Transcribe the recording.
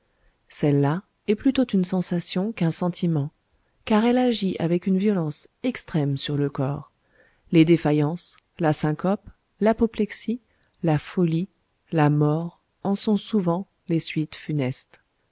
celle-là est plutôt une sensation qu'un sentiment car elle agit avec une violence extrême sur le corps les défaillances la syncope l'apoplexie la folie la mort en sont souvent les suites funestes